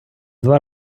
два